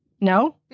No